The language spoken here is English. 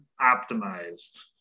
optimized